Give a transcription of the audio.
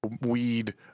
weed